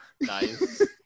Nice